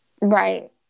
Right